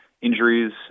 injuries